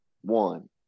one